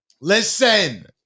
listen